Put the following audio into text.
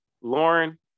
Lauren